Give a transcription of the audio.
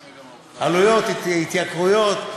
עלויות, התייקרויות.